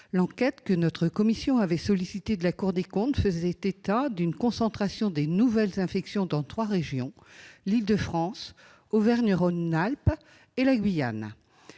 L'enquête que notre commission avait demandée à la Cour des comptes fait état d'une concentration des nouvelles infections dans trois régions : Île-de-France, Auvergne-Rhône-Alpes et Guyane.